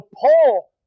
Paul